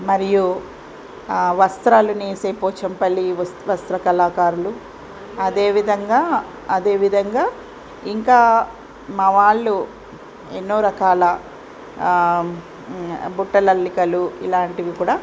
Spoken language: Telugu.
మరియు వస్త్రాలు నేసే పోచంపల్లి వస్ వస్త్ర కళాకారులు అదే విధంగా అదే విధంగా ఇంకా మా వాళ్ళు ఎన్నో రకాల బుట్టల అల్లికలు ఇలాంటివి కూడా